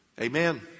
Amen